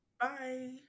Bye